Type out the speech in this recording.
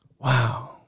Wow